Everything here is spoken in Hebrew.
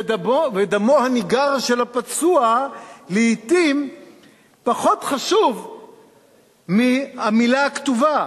ודמו הניגר של הפצוע לעתים פחות חשוב מהמלה הכתובה.